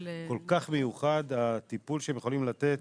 כל כך מיוחד הטיפול שהם יכולים לתת,